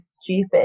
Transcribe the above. stupid